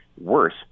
Worse